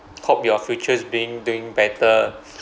hope your futures being doing better